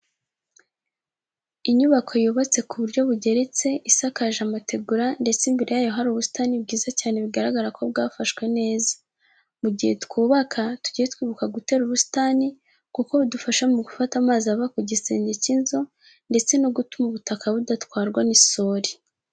Inyubako yubatse ku buryo bugeretse, isakaje amategura ndetse imbere yayo hari ubusitani bwiza cyane bigaragara ko bwafashwe neza. Mu gihe twubaka tujye twibuka gutera ubusitani kuko budufasha mu gufata amazi ava ku gisenge cy'inzu ndetse no gutuma ubutaka budatwarwa n'isuri.